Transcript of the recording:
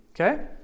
okay